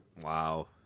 Wow